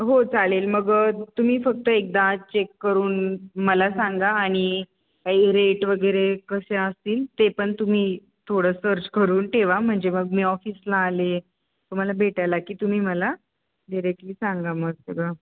हो चालेल मग तुम्ही फक्त एकदा चेक करून मला सांगा आणि काही रेट वगैरे कसे असतील ते पण तुम्ही थोडं सर्च करून ठेवा म्हणजे मग मी ऑफिसला आले तर मला भेटायला की तुम्ही मला डिरेक्टली सांगा मग सगळं